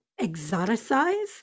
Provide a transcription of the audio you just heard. exoticize